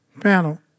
panel